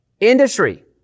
industry